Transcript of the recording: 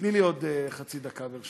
תני לי עוד חצי דקה, ברשותך.